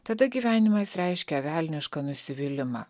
tada gyvenimas reiškia velnišką nusivylimą